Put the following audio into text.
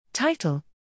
Title